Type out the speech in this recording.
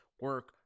Work